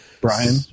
Brian